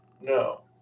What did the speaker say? no